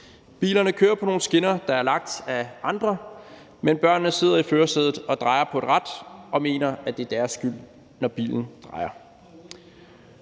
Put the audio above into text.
Bilerne kører på nogle skinner, der er lagt af andre, men børnene sidder i førersædet og drejer på et rat og mener, at det er deres skyld, når bilen drejer.